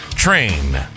Train